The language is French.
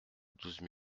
douze